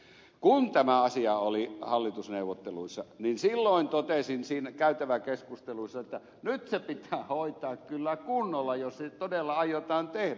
kun tämä asia oli hallitusneuvotteluissa niin silloin totesin käytäväkeskusteluissa että nyt se pitää hoitaa kyllä kunnolla jos se todella aiotaan tehdä